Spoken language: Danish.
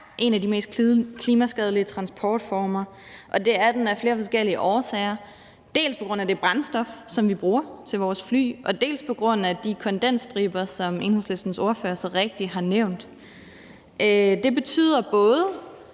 en af de mest klimaskadelige transportformer, og det er den af flere forskellige årsager – dels på grund af det brændstof, som vi bruger til vores fly, dels på grund af de kondensstriber, som Enhedslistens ordfører så rigtigt har nævnt. Det betyder både,